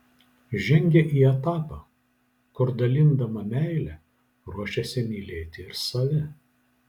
žengia į etapą kur dalindama meilę ruošiasi mylėti ir save